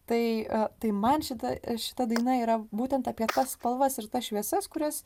tai tai man šita šita daina yra būtent apie tas spalvas ir tas šviesas kurias